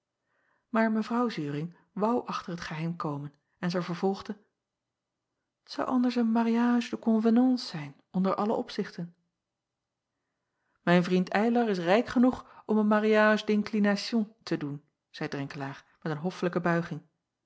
aar evrouw uring woû achter het geheim komen en zij vervolgde t ou anders een mariage de convenance zijn onder alle opzichten ijn vriend ylar is rijk genoeg om een mariage d inclination te doen zeî renkelaer met een hoffelijke buiging